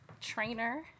trainer